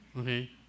okay